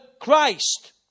Christ